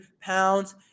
pounds